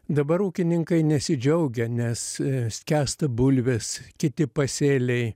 dabar ūkininkai nesidžiaugia nes skęsta bulvės kiti pasėliai